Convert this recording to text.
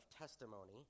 testimony